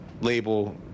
label